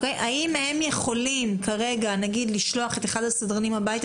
האם הם יכולים לשלוח כרגע את אחד הסדרנים הביתה